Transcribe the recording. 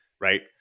right